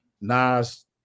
Nas